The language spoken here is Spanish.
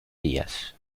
días